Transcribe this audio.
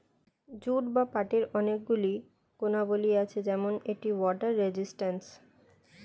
jute বা পাটের অনেক গুণাবলী আছে যেমন এটি ওয়াটার রেজিস্ট্যান্স